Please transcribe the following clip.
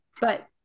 But-